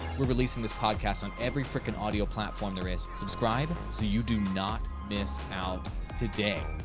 we're releasing this podcast on every frickin' audio platform there is. subscribe so you do not miss out today.